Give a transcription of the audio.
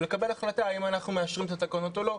לקבל החלטה האם אנחנו מאשרים את התקנות או לא.